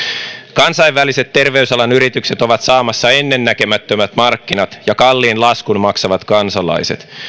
kansainväliset terveysalan yritykset ovat saamassa ennennäkemättömät markkinat ja kalliin laskun maksavat kansalaiset